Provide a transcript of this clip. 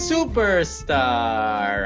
Superstar